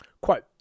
quote